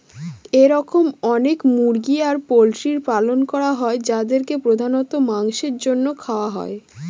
এরকম অনেক মুরগি আর পোল্ট্রির পালন করা হয় যাদেরকে প্রধানত মাংসের জন্য খাওয়া হয়